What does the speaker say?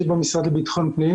רב.